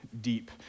deep